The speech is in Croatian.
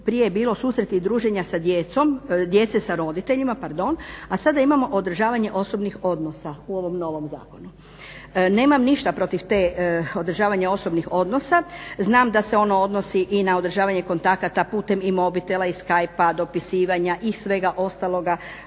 prije je bilo susreti i druženja sa djecom, djece sa roditeljima, pardon, a sada imamo održavanje osobnih odnosa u ovom novom zakonu. Nemam ništa protiv te, održavanje osobnih odnosa, znam da se ono odnosi i na održavanje kontakata, putem i mobitela i skype-a, dopisivanja i svega ostaloga